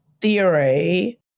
theory